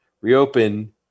reopen